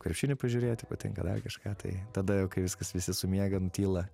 krepšinį pažiūrėti patinka dar kažką tai tada jau kai viskas visi sumiega nutyla